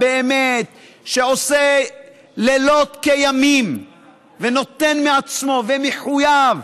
שבאמת עושה לילות כימים ונותן מעצמו ומחויב,